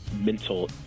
mental